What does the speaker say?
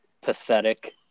pathetic